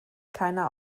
keiner